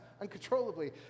uncontrollably